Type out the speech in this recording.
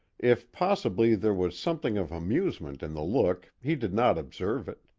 if possibly there was something of amusement in the look he did not observe it.